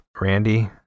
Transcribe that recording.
Randy